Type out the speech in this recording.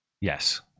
Yes